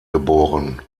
geboren